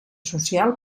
social